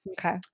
Okay